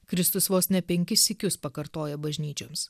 kristus vos ne penkis sykius pakartoja bažnyčioms